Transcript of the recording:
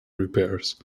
repairs